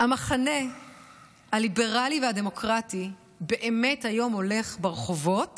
המחנה הליברלי והדמוקרטי באמת היום הולך ברחובות